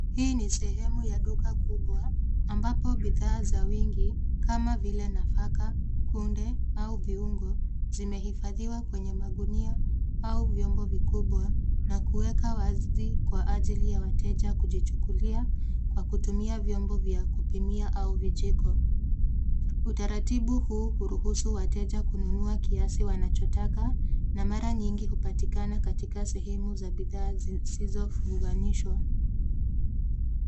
Hii ni sehemu ya duka kubwa, ambako bidhaa za wingi kama vile nafaka kunde au viungo zinahifadhiwa kwenye magunia au vyombo vikubwa na kuweka wazi kwa ajili ya wateja kujichukulia kwa kutumia vyombo vya kupimia au vijiko. Utaratibu huu huruhusu wateja kununua kiasi wanachotaka na mara nyingi hupatikana katika sehemu za bidhaa, zisizo funganishwa.